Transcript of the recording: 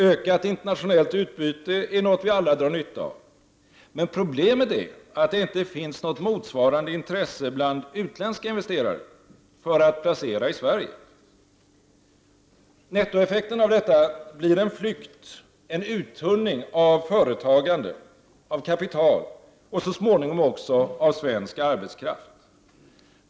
Ökat internationellt utbyte är något vi alla drar nytta av. Men problemet är att det inte finns något motsvarande intresse bland utländska investerare för att placera i Sverige. Nettoeffekten av detta blir en flykt och en uttunning av företagande, av kapital och så småningom också av svensk arbetskraft.